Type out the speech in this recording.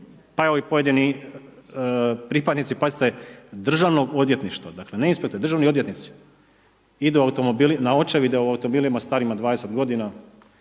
pa i ovi pojedini pripadnici, pazite Državnog odvjetništva, dakle ne inspektora, državni odvjetnici idu na očevide automobilima starijima od